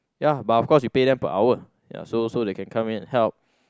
ya but of course you paid them per hour ya so so they can come in and help